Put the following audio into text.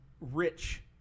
Rich